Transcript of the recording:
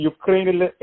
Ukraine